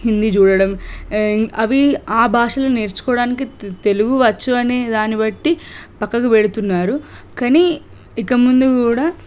హిందీ చూడడం అవి ఆ భాషలు నేర్చుకోవడానికి తెలుగు వచ్చు అనే దాని బట్టి పక్కకి పెడుతున్నారు కానీ ఇకముందు కూడా